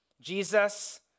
Jesus